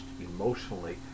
emotionally